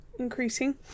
increasing